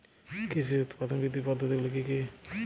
কৃষির উৎপাদন বৃদ্ধির পদ্ধতিগুলি কী কী?